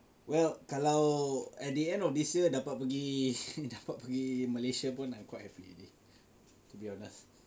well kalau at the end of this year dapat pergi dapat pergi Malaysia pun I'm quite happy already to be honest